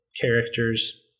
characters